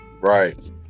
Right